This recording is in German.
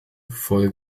voll